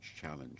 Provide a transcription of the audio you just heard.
challenge